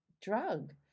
drug